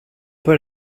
but